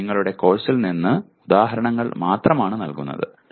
ഇത് നിങ്ങളുടെ കോഴ്സിൽ നിന്ന് ഉദാഹരണങ്ങൾ മാത്രമാണ് നൽകുന്നത്